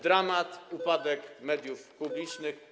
dramat, upadek mediów publicznych.